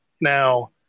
Now